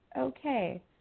Okay